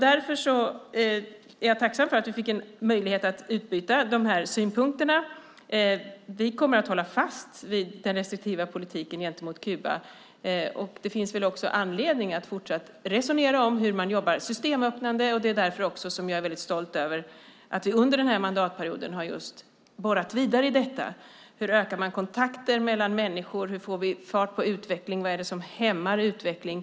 Därför är jag tacksam för att vi fick en möjlighet att utbyta dessa synpunkter. Vi kommer att hålla fast vid den restriktiva politiken gentemot Kuba. Det finns också anledning att fortsatt resonera om hur man jobbar systemöppnande. Det är också därför som jag är stolt över att vi under denna mandatperiod har borrat vidare i detta. Hur ökar man kontakter mellan människor? Hur får vi fart på utvecklingen? Vad är det som hämmar utveckling?